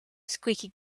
squeaky